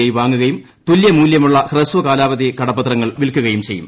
I വാങ്ങുകയും തുല്യമൂലൃമുളള ഹ്രസ്വ കാലാവധി കടപത്രങ്ങൾ വിൽക്കുകയും ചെയ്യും